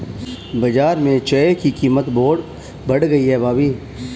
बाजार में चाय की कीमत बहुत बढ़ गई है भाभी